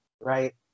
right